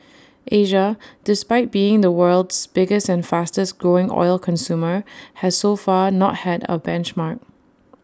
Asia despite being the world's biggest and fastest growing oil consumer has so far not had A benchmark